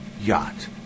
Yacht